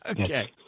okay